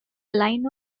line